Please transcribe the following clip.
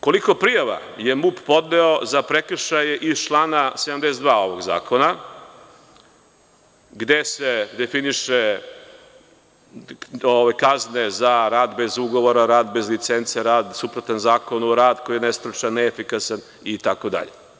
Koliko prijava je MUP podneo za prekršaje iz člana 72. ovog Zakona, gde se definišu kazne za rad bez ugovora, rad bez licence, rad suprotan Zakonu, rad koji je nestručan, rad koji je neefikasan i td.